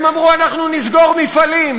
הם אמרו: אנחנו נסגור מפעלים.